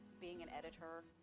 being an editor,